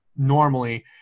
normally